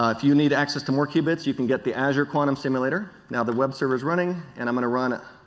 ah if you need access to more cube its you can get the azure quantum simulateor. the web server is running and um and running